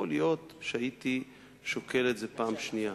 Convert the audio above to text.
יכול להיות שהייתי שוקל את זה פעם שנייה.